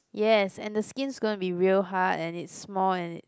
yes and the skin's gonna be real hard and it's small and it